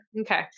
okay